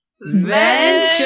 Venture